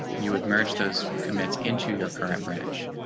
you would merge those commits into your current branch,